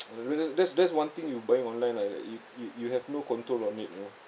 well that's that's one thing you buying online lah you you you have no control on it you know